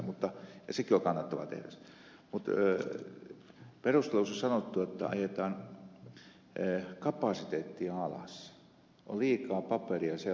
mutta perusteluissa on sanottu että ajetaan kapasiteettia alas on liikaa paperi ja sellukapasiteettia